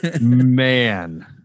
Man